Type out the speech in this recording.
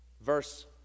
verse